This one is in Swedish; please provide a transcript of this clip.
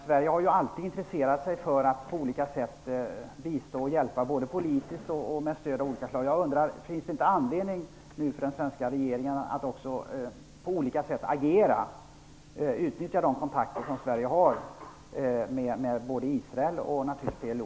Sverige har ju alltid intresserat sig för att på olika sätt bistå och hjälpa, både politiskt och med stöd av olika slag. Finns det inte nu anledning för den svenska regeringen att på olika sätt agera och utnyttja de kontakter Sverige har med både Israel och PLO?